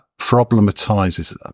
problematizes